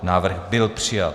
Návrh byl přijat.